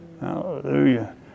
Hallelujah